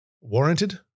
warranted